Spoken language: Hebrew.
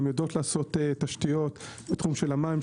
יודעות לעשות תשתיות בתחום המים,